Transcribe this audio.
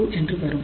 2 என்று வரும்